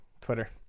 Twitter